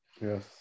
Yes